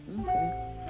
Okay